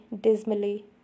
dismally